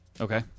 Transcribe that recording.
Okay